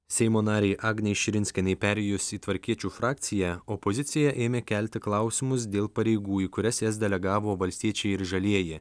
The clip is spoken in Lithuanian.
seimo narei agnei širinskienei perėjus į tvarkiečių frakciją opozicija ėmė kelti klausimus dėl pareigų į kurias jas delegavo valstiečiai ir žalieji